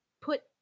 put